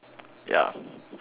ya